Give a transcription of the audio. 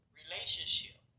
relationship